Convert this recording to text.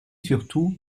surtout